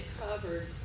covered